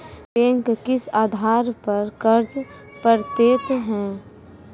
Bank किस आधार पर कर्ज पड़तैत हैं?